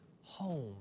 home